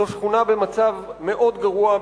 זאת שכונה במצב מאוד גרוע,